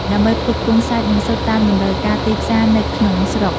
ដើម្បីផ្គត់ផ្គង់សាច់ និងស៊ុតតាមតម្រូវការទីផ្សារនៅក្នុងស្រុក។